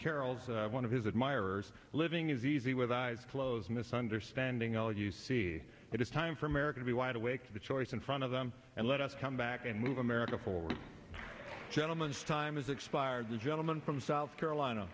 carroll's one of his admirers living is easy with eyes closed misunderstanding all you see it is time for america to be wide awake to the choice in front of them and let us come back and move america forward gentleman's time has expired the gentleman from south carolina